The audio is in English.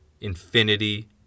infinity